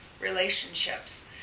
relationships